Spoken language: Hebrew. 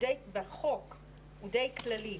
בחוק הוא די כללי,